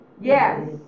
Yes